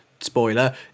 spoiler